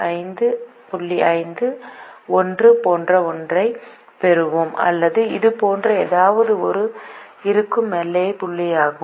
5 1 போன்ற ஒன்றைப் பெறுவேன் அல்லது இது போன்ற ஏதாவது இங்கே இருக்கும் எல்லைப் புள்ளியாகும்